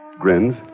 Grins